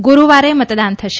ગુરૂવારે મતદાન થશે